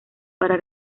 para